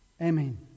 Amen